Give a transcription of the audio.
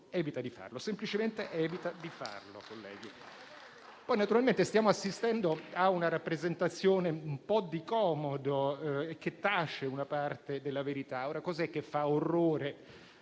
Evita di farlo; semplicemente evita di farlo, colleghi. Poi, naturalmente, stiamo assistendo a una rappresentazione un po' di comodo, che tace una parte della verità. Ora, cos'è che fa orrore